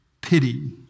pity